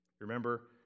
Remember